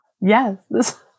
Yes